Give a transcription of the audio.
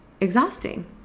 exhausting